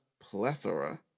plethora